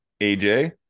aj